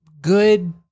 good